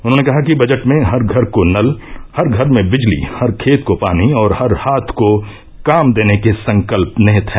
उन्होंने कहा कि बजट में हर घर को नल हर घर में बिजली हर खेत को पानी और हर हाथ को काम देने के संकल्प निहित हैं